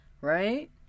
right